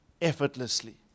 effortlessly